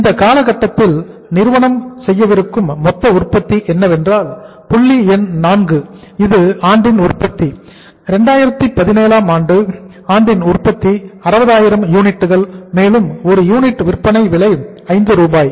இந்த காலகட்டத்தில் நிறுவனம் செய்யவிருக்கும் மொத்த உற்பத்தி என்னவென்றால் புள்ளி எண் 4 இது ஆண்டின் உற்பத்தி 2017 ஆம் ஆண்டின் உற்பத்தி 60000 யூனிட்டுகள் மேலும் ஒரு யூனிட் விற்பனை விலை 5 ரூபாய்